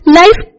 life